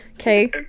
okay